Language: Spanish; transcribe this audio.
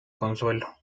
consuelo